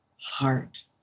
heart